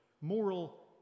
Moral